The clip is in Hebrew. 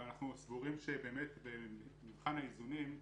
אבל אנחנו סבורים שבמבחן האיזונים,